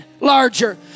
larger